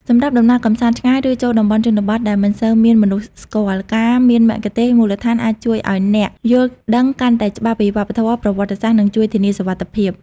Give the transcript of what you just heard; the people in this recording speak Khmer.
សម្រាប់ដំណើរកម្សាន្តឆ្ងាយ ឬចូលតំបន់ជនបទដែលមិនសូវមានមនុស្សស្គាល់ ការមានមគ្គុទ្ទេសក៍មូលដ្ឋានអាចជួយឲ្យអ្នកយល់ដឹងកាន់តែច្បាស់ពីវប្បធម៌ ប្រវត្តិសាស្ត្រ និងជួយធានាសុវត្ថិភាព។